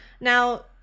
Now